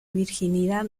virginidad